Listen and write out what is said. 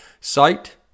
site